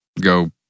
go